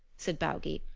said baugi.